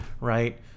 right